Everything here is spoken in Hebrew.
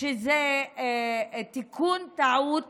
שזה תיקון טעות